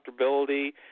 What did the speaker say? comfortability